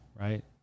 right